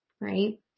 Right